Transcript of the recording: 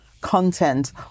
content